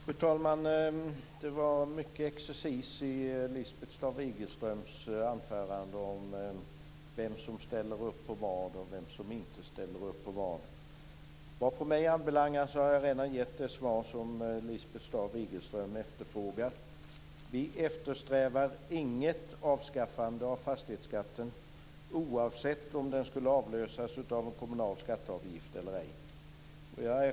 Fru talman! Det var mycket exercis i Lisbeth Staaf-Igelströms anförande om vem som ställer upp på vad och vem som inte ställer upp osv. Vad mig anbelangar har jag redan gett det svar som Lisbeth Staaf-Igelström efterfrågade. Vi eftersträvar inget avskaffande av fastighetsskatten, oavsett om den skulle avlösas av en kommunal fastighetsavgift eller ej.